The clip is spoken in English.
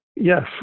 Yes